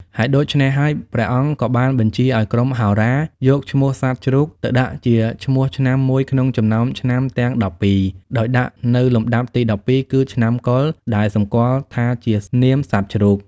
ហេតុដូច្នេះហើយ ព្រះអង្គក៏បានបញ្ជាឱ្យក្រុមហោរាយកឈ្មោះសត្វជ្រូក ទៅដាក់ជាឈ្មោះឆ្នាំមួយក្នុងចំណោមឆ្នាំទាំងដប់ពីរ ដោយដាក់នៅលំដាប់ទី១២ គឺ ឆ្នាំកុរ ដែលសម្គាល់ថាជានាមសត្វជ្រូក។